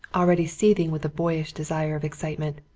already seething with boyish desire of excitement.